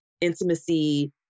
intimacy